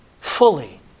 fully